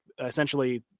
essentially